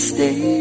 Stay